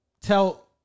tell